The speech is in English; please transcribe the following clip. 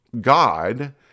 God